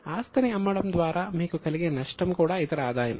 ఆస్తిని అమ్మడం ద్వారా మీకు కలిగే నష్టం కూడా ఇతర ఆదాయం